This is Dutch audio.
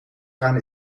gaan